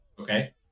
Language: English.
Okay